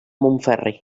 montferri